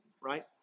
Right